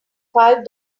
five